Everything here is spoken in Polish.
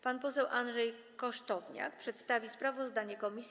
Pan poseł Andrzej Kosztowniak przedstawi sprawozdanie komisji.